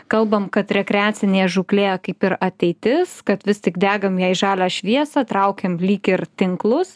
kalbam kad rekreacinė žūklė kaip ir ateitis kad vis tik degam jai žalią šviesą traukiam lyg ir tinklus